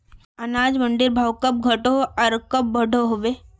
अनाज मंडीर भाव कब घटोहो आर कब बढ़ो होबे?